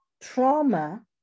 trauma